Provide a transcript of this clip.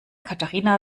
katharina